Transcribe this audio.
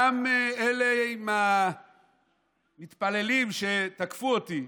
גם אלה מהמתפללים שתקפו אותי,